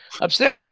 upstairs